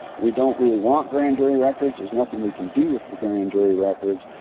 we don't really want grand jury records. there's nothing we can do with grand jury records.